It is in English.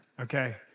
okay